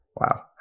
Wow